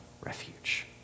refuge